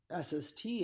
SST